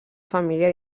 família